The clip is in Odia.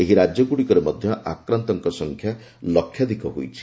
ଏହି ରାଜ୍ୟଗୁଡ଼ିକରେ ମଧ୍ୟ ଆକ୍ରାନ୍ତଙ୍କ ସଂଖ୍ୟା ଲକ୍ଷାଧିକ ହୋଇଛି